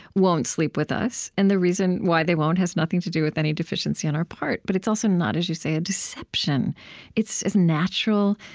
won't sleep with us, and the reason why they won't has nothing to do with any deficiency on our part. but it's also not, as you say, a deception it's a natural,